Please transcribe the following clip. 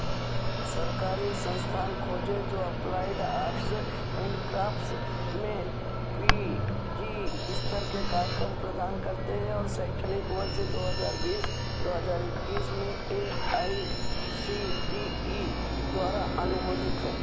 सरकारी संस्थान खोजें जो अप्लाइड आर्ट्स एंड क्राफ़्ट्स में पी जी स्तर के कार्यक्रम प्रदान करते हैं और शैक्षणिक वर्ष दो हज़ार बीस दो हज़ार इक्कीस में A I C T E द्वारा अनुमोदित हैं